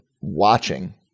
watching